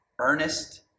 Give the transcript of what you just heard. earnest